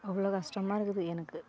அவ்வளோ கஷ்டமாக இருக்குது எனக்கு